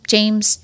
James